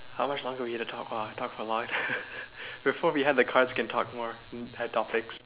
how much longer do we have to talk ah talk a lot before we have the cards can talk more had topics